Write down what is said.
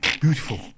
beautiful